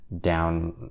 down